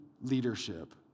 leadership